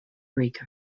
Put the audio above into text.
rico